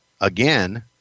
again